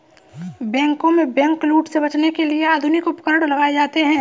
बैंकों में बैंकलूट से बचने के लिए आधुनिक उपकरण लगाए जाते हैं